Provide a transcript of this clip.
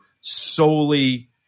solely